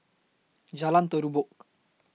Jalan Terubok